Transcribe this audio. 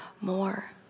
more